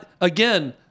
Again